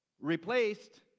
replaced